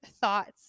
thoughts